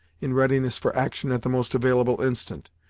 in readiness for action at the most available instant,